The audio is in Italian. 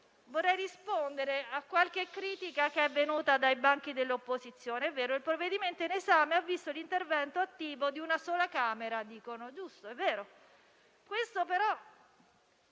Vorrei rispondere a qualche critica che è venuta dai banchi dell'opposizione. È vero, come dicono: il provvedimento in esame ha visto l'intervento attivo di una sola Camera.